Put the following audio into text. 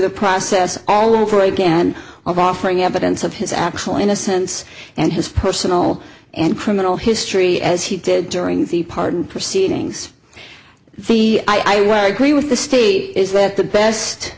the process all over again offering evidence of his actual innocence and his personal and criminal history as he did during the pardon proceedings the i want to agree with the state is that the best